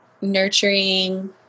nurturing